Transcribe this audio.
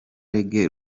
reggae